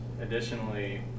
additionally